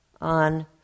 on